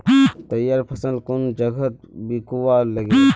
तैयार फसल कुन जगहत बिकवा लगे?